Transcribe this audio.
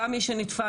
גם מי שנתפס,